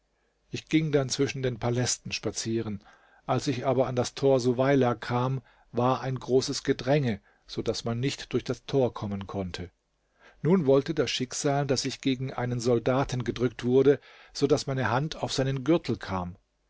ich ging dann zwischen den palästen spazieren als ich aber an das tor suweila kam war ein großes gedränge so daß man nicht durch das tor kommen konnte nun wollte das schicksal daß ich gegen einen soldaten gedrückt wurde so daß meine hand auf seinen gürtel kam